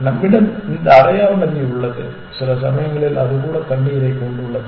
நம்மிடம் இந்த அடையார் நதி உள்ளது சில சமயங்களில் அது கூட தண்ணீரைக் கொண்டுள்ளது